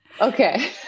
Okay